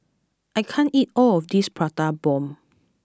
I can't eat all of this Prata Bomb